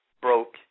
broke